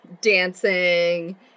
dancing